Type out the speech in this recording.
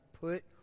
put